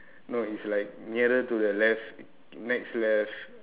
no it's like nearer to the left next left